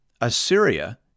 Assyria